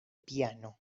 piano